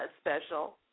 special